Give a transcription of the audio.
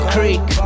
Creek